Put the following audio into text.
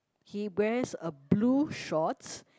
he wears a blue shorts